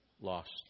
Lost